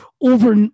over